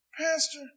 Pastor